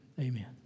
Amen